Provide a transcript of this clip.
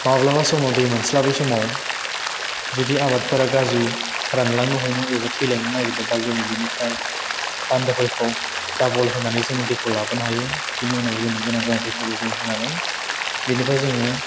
माब्लाबा समाव दै मोनस्लाबि समाव जुदि आबादफोरा गाज्रि रानलांनो हमो एबा थैलांनो नागिरो जों बिनिफ्राय बान्दोफोरखौ दाबल होनानै जों दैखौ लाबोनो हायो बिनि उनावबो जोंनि गोनां जानायफोरखौ जों होनानै बिनिफ्राय जों